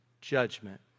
judgment